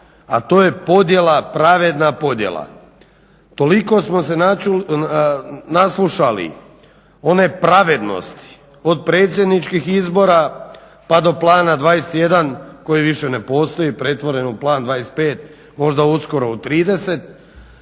a to je podjela, pravedna podjela. Toliko smo se naslušali one pravednosti od predsjedničkih izbora pa do plana 21 koji više ne postoji, pretvoren je u plan 25, možda uskoro u 30,